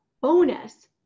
bonus